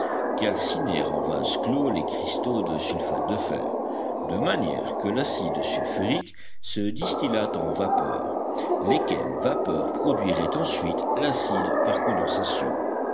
calciner en vase clos les cristaux de sulfate de fer de manière que l'acide sulfurique se distillât en vapeurs lesquelles vapeurs produiraient ensuite l'acide par condensation